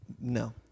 No